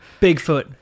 bigfoot